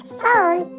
phone